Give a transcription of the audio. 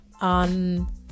on